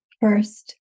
First